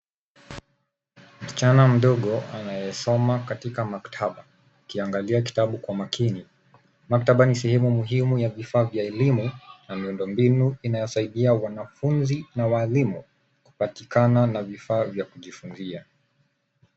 Msichana mdogo anayesoma katika maktaba akiangalia kitabu kwa makini. Maktaba ni sehemu muhimu ya vifaa vya elimu na miundombinu inayosaidia wanafunzi na walimu kupatikana na vifaa vya kujifunzia.